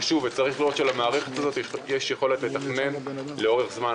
וצריך לראות שלמערכת הזו יש יכולת לתכנן לאורך זמן.